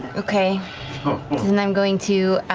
okay. then i'm going to